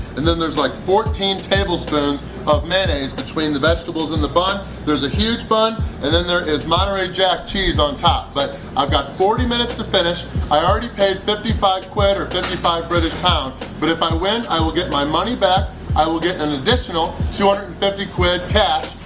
and then there's like fourteen tablespoons of mayonnaise between the vegetables in the bun! there's a huge bun and then there is monterey jack cheese on top, but i've got forty minutes to finish i already paid fifty five quid or fifty five british pound, but if i win i will get my money back i will get an additional two hundred and fifty quid cash,